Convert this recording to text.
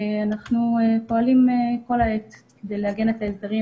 אנחנו פועלים כל העת כדי לעגן את ההסדרים